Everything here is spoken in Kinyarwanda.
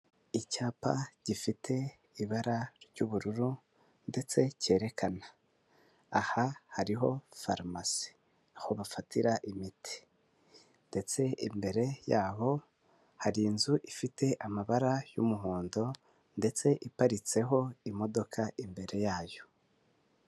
Icyapa gifite ibara ry'ubururu ndetse cyerekana aha hariho farumasi aho bafatira imiti ndetse imbere yaho hari inzu ifite amabara y'umuhondo ndetse iparitseho imodoka imbere yayo.